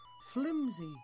flimsy